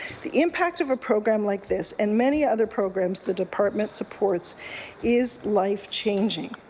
the impact of a program like this and many other programs the department supports is life changing.